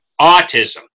Autism